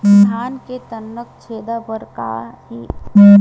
धान के तनक छेदा बर का हे?